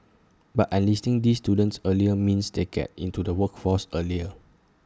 but enlisting these students earlier means they get into the workforce earlier